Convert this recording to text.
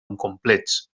incomplets